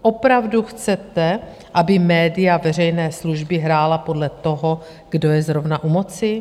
Opravdu chcete, aby média veřejné služby hrála podle toho, kdo je zrovna u moci?